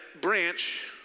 branch